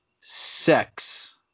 sex